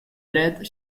dret